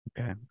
okay